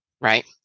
Right